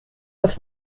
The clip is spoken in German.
das